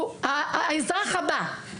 הוא האזרח הבא.